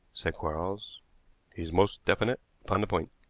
said quarles he is most definite upon the point.